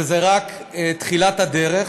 וזו רק תחילת הדרך.